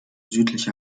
südliche